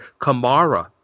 Kamara